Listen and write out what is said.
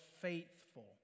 faithful